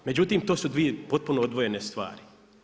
Međutim to su dvije potpuno odvojene stvari.